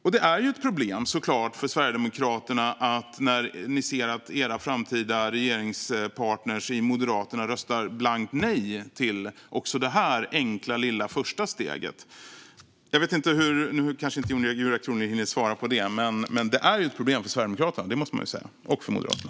Det är såklart ett problem för Sverigedemokraterna när ni ser att era framtida regeringspartner i Moderaterna röstar blankt nej också till detta första lilla enkla steg. Nu kanske inte Julia Kronlid får lov att svara på detta. Men det är ett problem för Sverigedemokraterna, det måste man säga - och för Moderaterna.